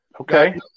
Okay